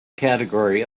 category